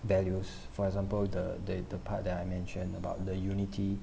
values for example the the the part that I mentioned about the unity